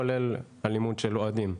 כולל אלימות של אוהדים.